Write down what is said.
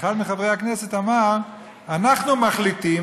אחד מחברי כנסת אמר: אנחנו מחליטים,